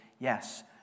yes